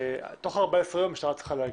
תוך 14 ימים המשטרה צריכה להגיב.